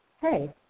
hey